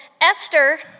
Esther